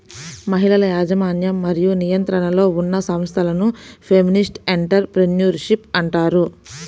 మహిళల యాజమాన్యం మరియు నియంత్రణలో ఉన్న సంస్థలను ఫెమినిస్ట్ ఎంటర్ ప్రెన్యూర్షిప్ అంటారు